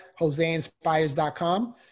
joseinspires.com